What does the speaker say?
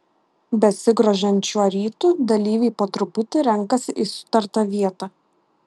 besigrožint šiuo rytu dalyviai po truputį renkasi į sutartą vietą